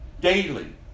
Daily